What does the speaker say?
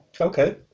Okay